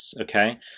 okay